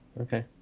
Okay